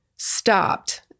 stopped